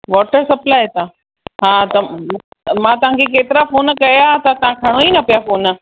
water supply था हा त मां तव्हां खे केतिरा फ़ोन कयां त तव्हां खणो ई न पिया फ़ोन